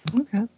Okay